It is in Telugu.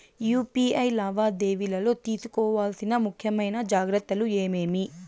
యు.పి.ఐ లావాదేవీలలో తీసుకోవాల్సిన ముఖ్యమైన జాగ్రత్తలు ఏమేమీ?